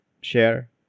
share